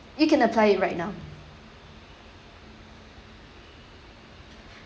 you can apply it right now